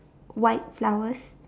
white flowers